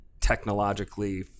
technologically